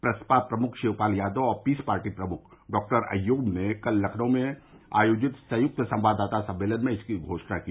प्रसपा प्रमुख शिवपाल यादव और Peace Party प्रमुख डॉक्टर अययूब ने कल लखनऊ में आयोजित संयुक्त संवाददाता सम्मेलन इसकी धोषणा की